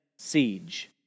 Siege